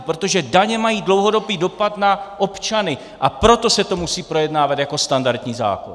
Protože daně mají dlouhodobý dopad na občany, a proto se to musí projednávat jako standardní zákon.